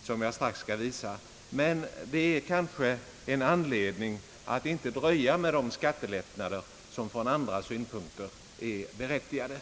så som jag strax skall visa; men svårighelerna är kanske en anledning att inte dröja med de skattelättnader som från andra synpunkter är berättigade.